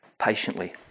patiently